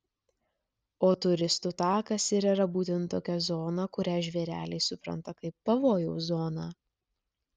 o turistų takas ir yra būtent tokia zona kurią žvėreliai supranta kaip pavojaus zoną